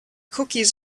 cookies